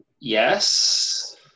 Yes